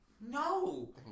no